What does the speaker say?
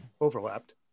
overlapped